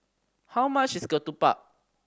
how much is ketupat